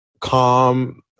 calm